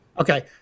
okay